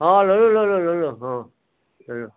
অঁ ল'লোঁ ল'লোঁ ল'লোঁ অঁ ল'লোঁ